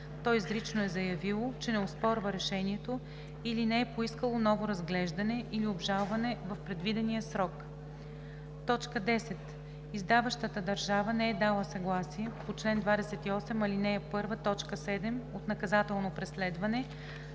то изрично е заявило, че не оспорва решението или не е поискало ново разглеждане или обжалване в предвидения срок; 10. издаващата държава не е дала съгласие по чл. 28, ал. 1, т. 7 за наказателно преследване,